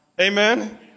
Amen